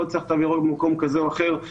לא צריך תו ירוק במקום כזה או אחר,